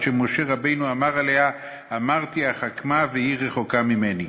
עד שמשה רבנו אמר עליה: "אמרתי אחכמה והיא רחוקה ממני".